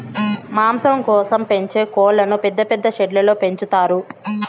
మాంసం కోసం పెంచే కోళ్ళను పెద్ద పెద్ద షెడ్లలో పెంచుతారు